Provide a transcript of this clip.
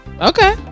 Okay